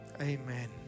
Amen